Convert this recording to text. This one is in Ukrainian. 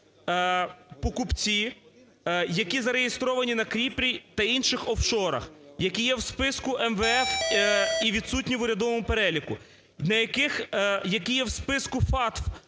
покупці, які зареєстровані на Кіпрі та інших офшорах, які є в списку МВФ і відсутні в урядовому переліку, які є в спискуFATF,